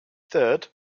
third